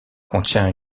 contient